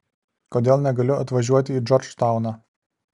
kodėl negaliu atvažiuoti į džordžtauną